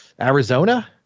Arizona